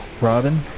Robin